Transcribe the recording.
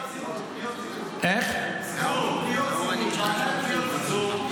פניות ציבור, הוועדה לפניות הציבור.